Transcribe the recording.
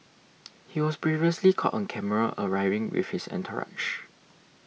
he was previously caught on camera arriving with his entourage